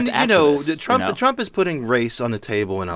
and know, trump trump is putting race on the table. and